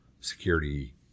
security